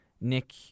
Nick